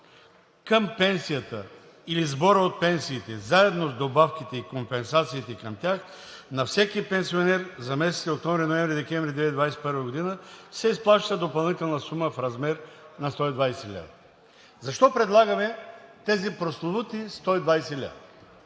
„Към пенсията или сбора от пенсиите, заедно с добавките и компенсациите към тях, на всеки пенсионер за месеците октомври, ноември и декември 2021 г. се изплаща допълнителна сума в размер на 120 лв.“ Защо предлагаме тези прословути 120 лв.,